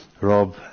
Rob